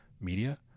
media